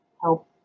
help